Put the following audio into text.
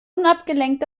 unabgelenkt